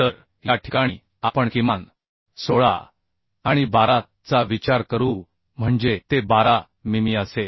तर या ठिकाणी आपण किमान 16 आणि 12 चा विचार करू म्हणजे ते 12 मिमी असेल